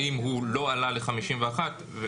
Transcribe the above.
האם הוא לא עלה ל-51% וכו'.